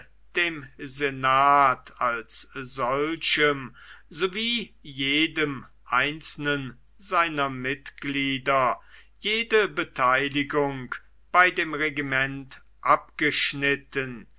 dem senat als solchem sowie jedem einzelnen seiner mitglieder jede beteiligung bei dem regiment abgeschnitten